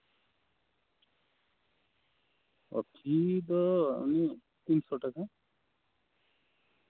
ᱚ ᱯᱷᱤ ᱫᱚ ᱤᱱᱟᱹ ᱯᱮ ᱥᱟᱭ ᱴᱟᱠᱟ ᱥᱩᱢᱩᱝ